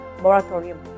moratorium